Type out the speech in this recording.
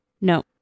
No